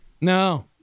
No